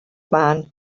man